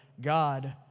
God